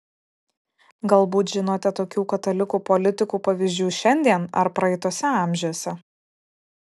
galbūt žinote tokių katalikų politikų pavyzdžių šiandien ar praeituose amžiuose